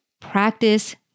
practice